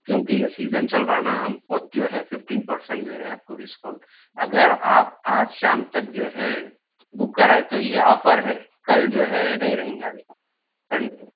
کیونکہ یہ سیزن چل رہا ہے نہ ہم خود جو ہے ففٹین پر سینٹ دے رہے ہیں آپ کو ڈسکاؤنٹ اگر آپ آج شام تک جو ہے بک کرائے تو یہ آفر ہے کل جو ہے نہیں رہیں گا یہ سمجھے